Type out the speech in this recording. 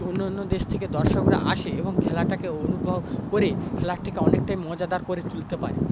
অন্যান্য দেশ থেকে দর্শকরা আসে এবং খেলাটাকে অনুভব করে খেলাটাকে অনেকটাই মজাদার করে তুলতে পারে